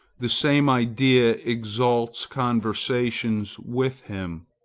the same idea exalts conversation with him.